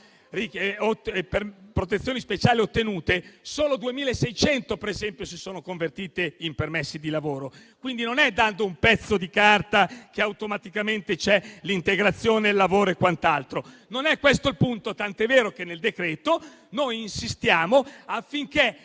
protezioni speciali ottenute solo 2.600 sono convertite in permessi di lavoro. Quindi, non è dando un pezzo di carta che automaticamente ci sono l'integrazione e il lavoro. Non è questo il punto, tant'è vero che nel decreto noi insistiamo affinché